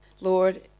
Lord